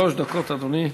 שלוש דקות, אדוני.